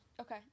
okay